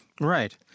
Right